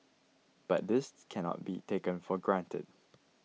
but this cannot be taken for granted